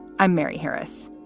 i'm mary harris.